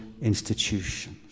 institutions